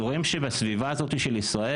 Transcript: אנחנו רואים שבסביבה הזאת של ישראל,